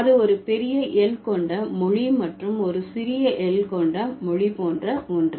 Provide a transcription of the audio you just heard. அது ஒரு பெரிய L கொண்ட மொழி மற்றும் ஒரு சிறிய l கொண்ட மொழி போன்ற ஒன்று